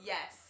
Yes